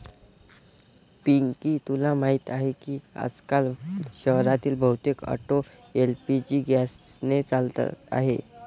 पिंकी तुला माहीत आहे की आजकाल शहरातील बहुतेक ऑटो एल.पी.जी गॅसने चालत आहेत